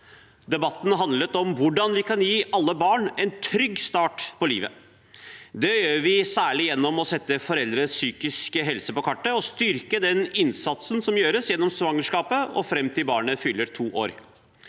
Debatten handlet om hvordan vi kan gi alle barn en trygg start på livet. Det gjør vi særlig gjennom å sette foreldres psykiske helse på kartet og styrke den innsatsen som gjøres gjennom svangerskapet og fram til barnet fyller to år.